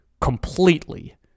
Completely